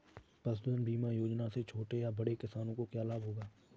पशुधन बीमा योजना से छोटे या बड़े किसानों को क्या लाभ होगा?